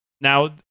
now